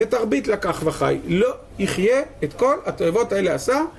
תרבית לקח וחי, לא יחיה את כל התואבות האלה עשה.